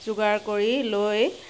যোগাৰ কৰি লৈ